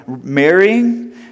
marrying